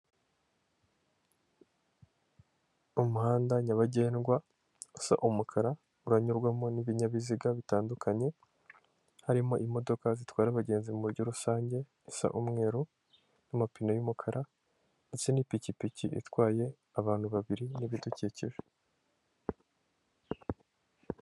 Umuhanda nyabagendwa usa umukara uranyurwamo n'ibinyabiziga bitandukanye harimo imodoka zitwara abagenzi m'uburyo rusange isa umweru n'amapine y'umukara ndetse n'ipikipiki itwaye abantu babiri n'ibidukikije.